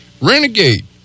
Renegade